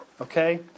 Okay